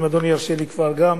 אם אדוני ירשה לי כבר גם